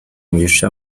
mugisha